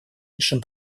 высшим